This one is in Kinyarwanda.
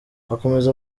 akomeza